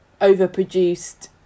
overproduced